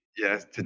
Yes